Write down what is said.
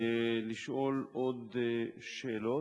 ולשאול עוד שאלות,